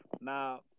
Now